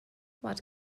what